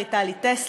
הפרלמנטרית טלי טסלר,